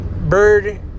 bird